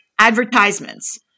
Advertisements